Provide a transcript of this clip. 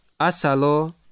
Asalo